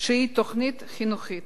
שהיא תוכנית חינוכית